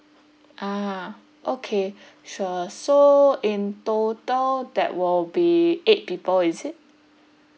ah okay sure so in total that will be eight people is it